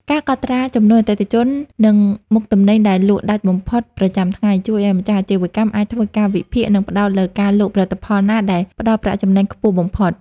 ការកត់ត្រាចំនួនអតិថិជន និងមុខទំនិញដែលលក់ដាច់បំផុតប្រចាំថ្ងៃ ជួយឱ្យម្ចាស់អាជីវកម្មអាចធ្វើការវិភាគ និងផ្ដោតលើការលក់ផលិតផលណាដែលផ្ដល់ប្រាក់ចំណេញខ្ពស់បំផុត។